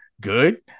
good